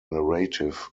narrative